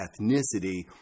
ethnicity